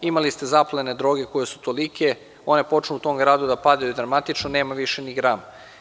Imali ste zaplene droge koje su tolike one počnu u tom gradu da padaju dramatično i nema više ni gram.